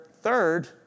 third